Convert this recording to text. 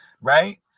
right